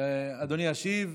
אדוני ישיב,